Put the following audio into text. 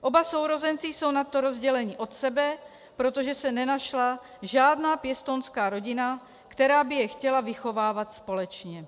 Oba sourozenci jsou nadto rozděleni od sebe, protože se nenašla žádná pěstounská rodina, která by je chtěla vychovávat společně.